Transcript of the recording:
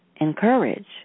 encourage